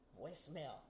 voicemail